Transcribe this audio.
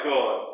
God